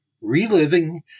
Reliving